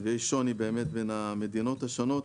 יש שוני בין המדינות השונות,